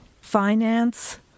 Finance